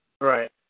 Right